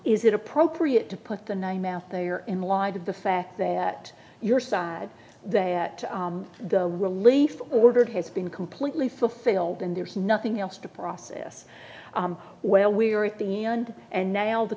is it appropriate to put the nine mouth they are in light of the fact that you're sad that the relief ordered has been completely fulfilled and there's nothing else to process where we are at the end and now the